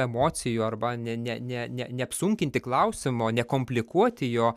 emocijų arba ne ne ne ne neapsunkinti klausimo nekomplikuoti jo